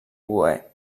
oboè